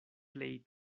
plej